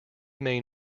main